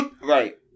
Right